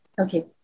Okay